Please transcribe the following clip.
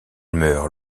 meurt